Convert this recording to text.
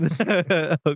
okay